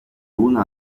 una